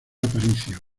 aparicio